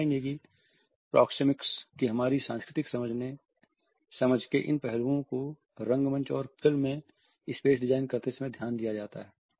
आप पाएंगे कि प्रोक्सेमिक्स की हमारी सांस्कृतिक समझ के इन पहलुओं को रंगमंच और फिल्म में स्पेस डिजाइन करते समय ध्यान दिया जाता है